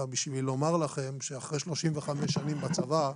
אלא בשביל לומר לכם שאחרי 35 שנים בצבא,